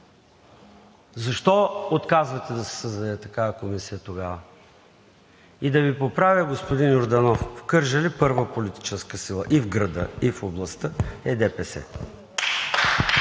Защо отказвате да се създаде такава комисия, тогава? Да Ви поправя, господин Йорданов, в Кърджали – първа политическа сила – и в града, и в областта, е ДПС.